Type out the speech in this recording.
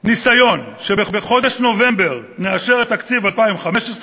ניסיון שבחודש נובמבר נאשר את תקציב 2015,